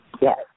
Yes